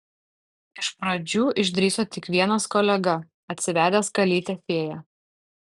iš pradžių išdrįso tik vienas kolega atsivedęs kalytę fėją